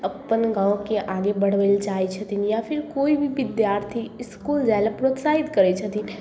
अपन गाँवके आगे बढ़बय लए चाहै छथिन या फिर कोइ भी बिद्यार्थी इसकुल जाय लए प्रोत्साहित करै छथिन